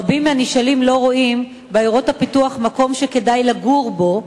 רבים מהנשאלים לא רואים בעיירות הפיתוח מקום שכדאי לגור בו.